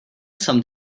some